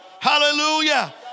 Hallelujah